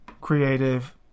Creative